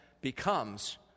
becomes